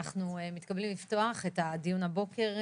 אנחנו מתכבדים לפתוח את הדיון הבוקר,